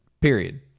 period